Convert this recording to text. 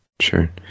Sure